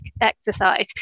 exercise